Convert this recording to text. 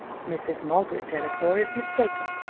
mrs. margaret delacour is mistaken,